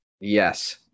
Yes